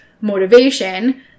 motivation